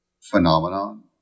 phenomenon